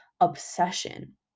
obsession